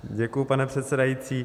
Děkuji, pane předsedající.